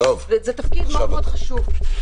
וזה תפקיד מאוד מאוד חשוב.